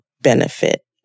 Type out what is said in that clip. benefit